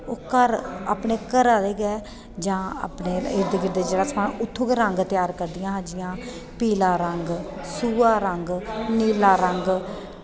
ओह् अपने घर अपने घरा दे गै जां फिर उत्थुं दा गै अपने रंग त्यार करदियां पीला रंग सूहा रंग नीला रंग